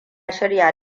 shirya